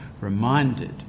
reminded